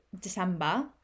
december